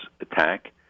attack